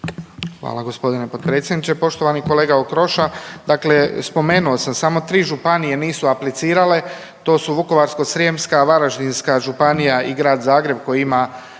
Hvala gospodine potpredsjedniče. Poštovani kolega Okroša. Dakle spomenuo sam, samo tri županije nisu aplicirale. To su Vukovarsko-srijemska, Varaždinska županija i Grad Zagreb, koji ima